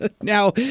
Now